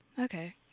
Okay